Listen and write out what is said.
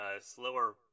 slower